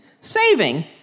Saving